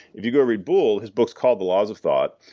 if you go read boole, his book is called the laws of thought,